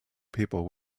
people